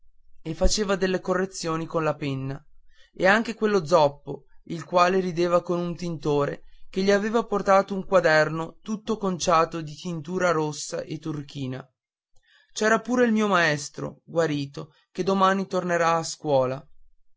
e faceva delle correzioni con la penna e anche quello zoppo il quale rideva con un tintore che gli aveva portato un quaderno tutto conciato di tintura rossa e turchina c'era pure il mio maestro guarito che domani tornerà alla scuola